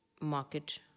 market